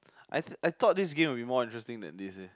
I I thought this game would be more interesting than this leh